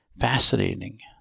Fascinating